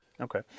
Okay